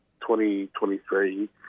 2023